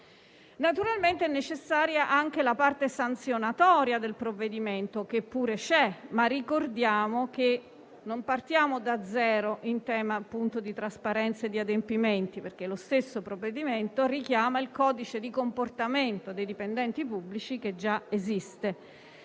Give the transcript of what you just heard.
Naturalmente è necessaria anche la parte sanzionatoria del provvedimento, che pure c'è, ma ricordiamo che non partiamo da zero in tema di trasparenza e adempimenti, in quanto lo stesso disegno di legge richiama il codice di comportamento dei dipendenti pubblici, già esistente.